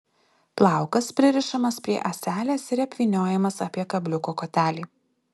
plaukas pririšamas prie ąselės ir apvyniojamas apie kabliuko kotelį